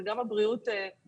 גם כאן הבריאות נשחקה.